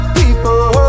people